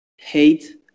hate